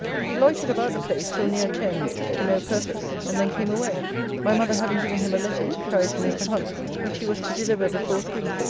he loitered about the place till near ten to no purpose and then came away my mother having given him a letter to carry to mr. hunt's, which he was to deliver before three,